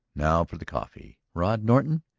now for the coffee. rod norton,